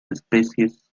especies